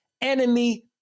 enemy